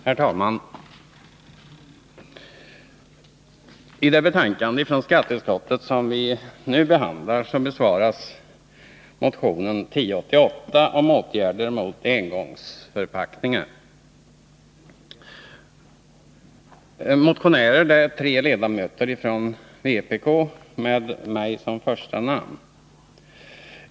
Herr talman! I det betänkande från skatteutskottet som vi nu behandlar besvaras motionen 1979/80:1088 om åtgärder mot engångsförpackningar. Motionärer är tre ledamöter från vpk, med mitt namn först.